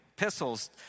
epistles